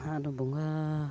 ᱟᱨ ᱵᱚᱸᱜᱟᱻ